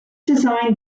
design